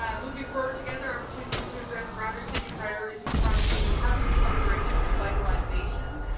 um moving forward together opportunities to address broader city priorities in toronto community houses cooperation revitalizations,